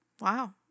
Wow